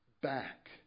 back